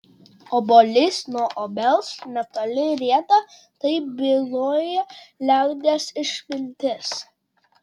obuolys nuo obels netoli rieda taip byloja liaudies išmintis